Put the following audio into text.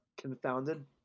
confounded